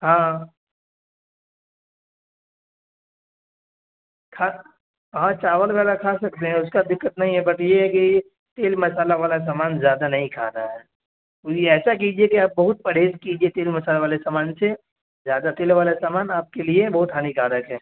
ہاں کھا ہاں چاول وگیرہ کھا سکتے ہیں اس کا دقت نہیں ہے بٹ یہ ہے کہ تیل مصالحہ والا سامان زیادہ نہیں کھانا ہے تو یہ ایسا کیجیے کہ آپ بہت پرہز کیجیے تیل مصالحہ والے سامان سے زیادہ تیل والا سامان آپ کے لیے بہت ہانیکارک ہے